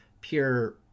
pure